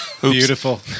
Beautiful